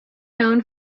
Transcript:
known